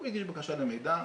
הוא מגיש בקשה למידע,